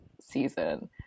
season